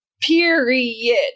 period